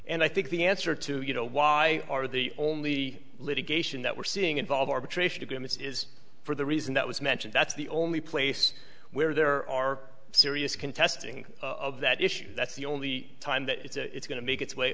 and i think the answer to you know why are the only litigation that we're seeing involve arbitration agreements is for the reason that was mentioned that's the only place where there are serious contesting of that issue that's the only time that it's going to make its way